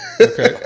Okay